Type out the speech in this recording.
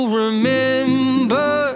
remember